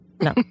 no